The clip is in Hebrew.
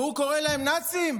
והוא קורא להם נאצים?